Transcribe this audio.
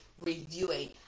reviewing